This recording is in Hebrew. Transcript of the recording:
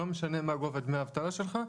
לא משנה מה גובה דמי האבטלה שלך,